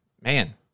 man